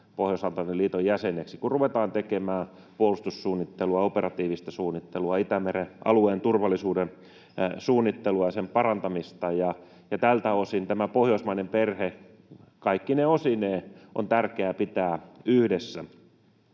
Pohjois-Atlantin liiton jäseneksi, kun ruvetaan tekemään puolustussuunnittelua, operatiivista suunnittelua, Itämeren alueen turvallisuuden suunnittelua ja sen parantamista. Tältä osin tämä pohjoismainen perhe kaikkine osineen on tärkeää pitää yhdessä.